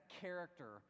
character